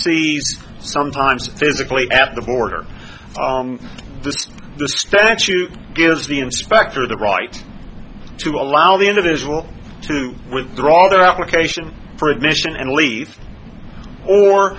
sea sometimes physically at the border the statute gives the inspector the right to allow the individual to withdraw their application for admission and leave or